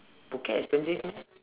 phuket expensive meh